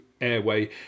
airway